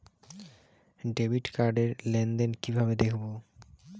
Debit card র লেনদেন কিভাবে দেখবো?